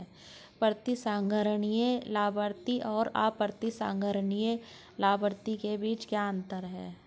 प्रतिसंहरणीय लाभार्थी और अप्रतिसंहरणीय लाभार्थी के बीच क्या अंतर है?